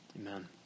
amen